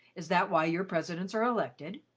is that why your presidents are elected?